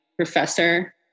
professor